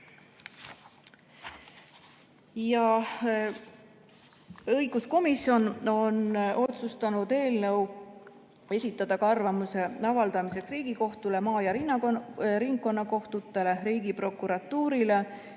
Õiguskomisjon on otsustanud eelnõu esitada ka arvamuse avaldamiseks Riigikohtule, maa‑ ja ringkonnakohtutele, Riigiprokuratuurile,